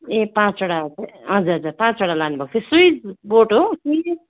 ए पाँचवटा हजुर हजुर पाँचवटा लानु भएको थियो स्विच बोर्ड हो कि